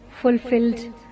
fulfilled